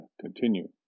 continue